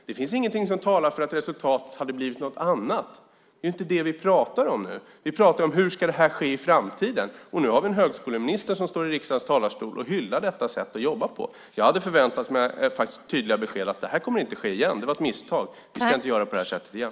Det finns ingenting som talar för att resultatet hade blivit något annat. Det är inte det vi pratar om nu. Vi pratar om hur det här ska ske i framtiden. Och nu har vi en högskoleminister som står i riksdagens talarstol och hyllar detta sätt att jobba på. Jag hade förväntat mig det tydliga beskedet att det här inte kommer att ske igen. Det var ett misstag. Vi ska inte göra på det här sättet igen.